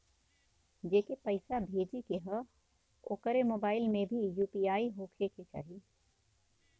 जेके पैसा भेजे के ह ओकरे मोबाइल मे भी यू.पी.आई होखे के चाही?